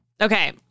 Okay